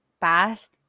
past